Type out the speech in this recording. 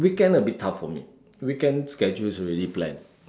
weekend a bit tough for me weekend schedule is already planned